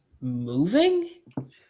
moving